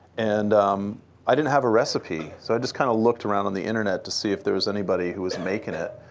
and um i didn't have a recipe. so i just kind of looked around on the internet to see if there was anybody who was making it.